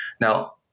Now